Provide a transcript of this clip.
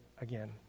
again